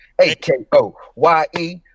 A-K-O-Y-E